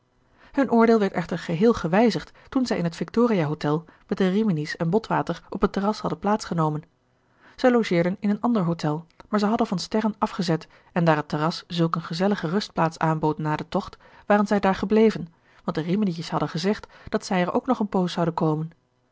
hun oordeel werd echter geheel gewijzigd toen zij in het victoria hotel met de rimini's en botwater op het terras hadden plaats genomen zij logeerden in een ander hotel maar zij hadden van sterren afgezet en daar het terras zulk eene gezellige rustplaats aanbood na den tocht waren zij daar gebleven want de riminietjes hadden gezegd dat zij er ook nog een poos zouden komen